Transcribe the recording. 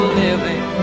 living